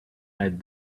had